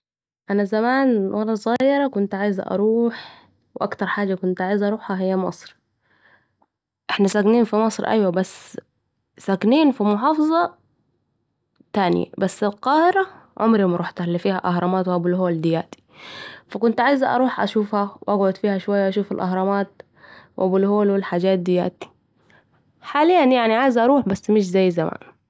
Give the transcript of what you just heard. أنا زمان، وأنا صغيرة، كنت عايزة أروح، وأكتر حاجة كنت عايزة أروحها هي مصر. احنا ساكنين في مصر ايوة ، بس ساكنين في محافظة تانيه بس القاهره الي فيها الاهرامات و ابو الهول دياتي عمري ما رحتها كنت عايزة أشوفها، وأقعد فيها، وأشوف الأهرامات وأبو الهول.الحجات دياتي حالياً يعني عايزة اروح بس مش زي زمان.